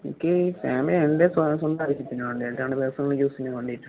എനിക്ക് ഫാമിലി എൻ്റെ സ് സ സ്വാിച്ചുന്നന്ാേണ്ട് എ രാണ്ണ്ട്േസങ്ങള് ച ജൂസന്ാ വേണ്ടീട്ടും